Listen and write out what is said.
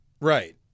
Right